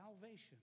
Salvation